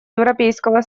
европейского